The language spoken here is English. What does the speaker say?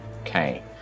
Okay